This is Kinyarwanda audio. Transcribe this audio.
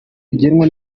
bigenwa